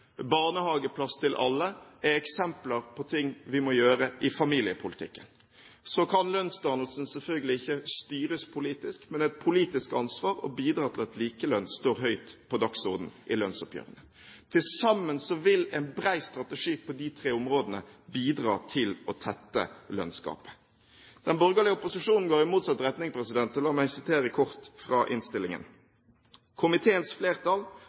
barnehageplass til alle er eksempler på ting vi må gjøre i familiepolitikken. Lønnsdannelsen kan selvfølgelig ikke styres politisk, men det er et politisk ansvar å bidra til at likelønn står høyt på dagsordenen i lønnsoppgjørene. Til sammen vil en bred strategi på de tre områdene bidra til å tette lønnsgapet. Den borgerlige opposisjonen går i motsatt retning. La meg sitere kort fra innstillingen: «Komiteens flertall,